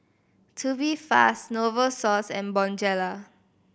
Tubifast Novosource and Bonjela